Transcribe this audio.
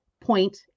point